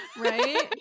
Right